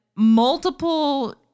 multiple